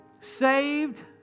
saved